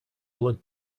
blood